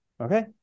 Okay